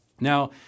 Now